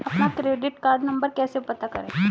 अपना credit card number कैसे पता करें?